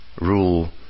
rule